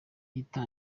rubanda